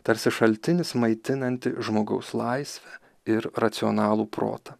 tarsi šaltinis maitinanti žmogaus laisvę ir racionalų protą